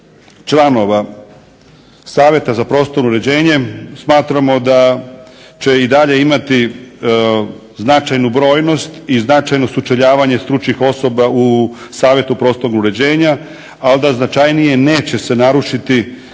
članova Savjeta za prostorno uređenje smatramo da će i dalje imati značajnu brojnost i značajno sučeljavanje stručnih osoba u Savjetu prostornog uređenja, ali da značajnije neće se narušiti kvaliteta